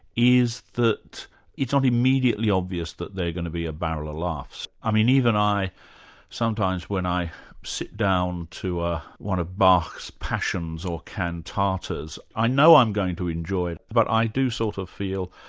is that it's not immediately obvious that they're going to be a barrel of laughs. i mean even i sometimes when i sit down to ah one of bach's passions or cantatas, i know i'm going to enjoy it, but i do sort of feel,